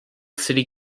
city